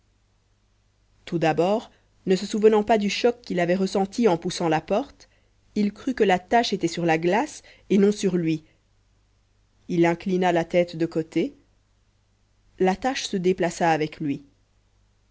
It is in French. tout d'abord ne se souvenant pas du choc qu'il avait ressenti en poussant la porte il crut que la tache était sur la glace et non sur lui il inclina la tête de côté la tache se déplaça avec lui